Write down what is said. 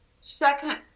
Second